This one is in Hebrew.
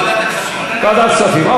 ועדת הכספים.